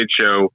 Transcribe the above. Show